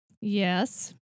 yes